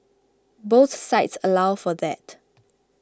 both sites allow for that